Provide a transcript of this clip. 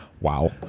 wow